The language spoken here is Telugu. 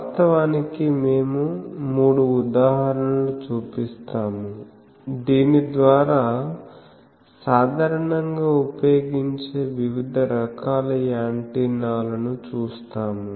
వాస్తవానికి మేము 3 ఉదాహరణలు చుపిస్తాము దీని ద్వారా సాధారణంగా ఉపయోగించే వివిధ రకాల యాంటెన్నాలను చూస్తాము